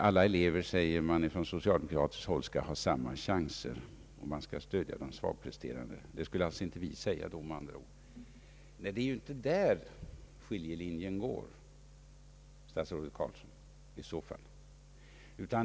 Alla elever, säger man på socialdemokratiskt håll, skall ha samma chanser, och man skall stödja de svagpresterande. Det skulle alltså inte vi säga. Nej, det är inte där skiljelinjen går, statsrådet Carlsson!